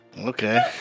Okay